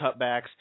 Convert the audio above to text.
cutbacks